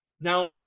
Now